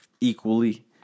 equally